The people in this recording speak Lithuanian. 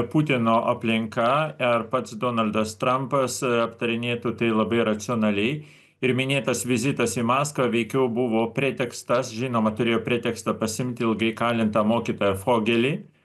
putino aplinka ar pats donaldas trampas aptarinėtų tai labai racionaliai ir minėtas vizitas į maskvą veikiau buvo pretekstas žinoma turėjo pretekstą pasiimti ilgai kalintą mokytoją fogelį